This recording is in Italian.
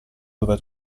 dove